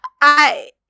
I-